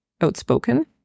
outspoken